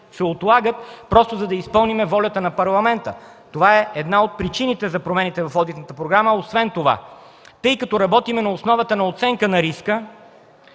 се отлагат, за да изпълним волята на Парламента. Това е една от причините за промените в одитната програма. Освен това, тъй като работим на основата на оценка на риска,